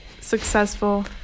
successful